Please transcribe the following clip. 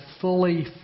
fully